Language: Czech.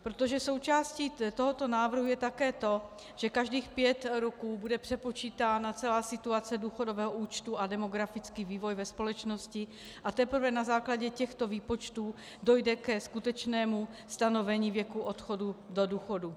Protože součástí tohoto návrhu je také to, že každých pět roků bude přepočítána celá situace důchodového účtu a demografický vývoj ve společnosti a teprve na základě těchto výpočtů dojde ke skutečnému stanovení věku odchodu do důchodu.